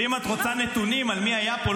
ואם את רוצה נתונים על מי היה פה,